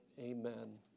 amen